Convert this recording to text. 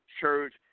church